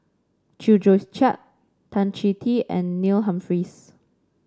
Chew Joo Chiat Tan Chong Tee and Neil Humphreys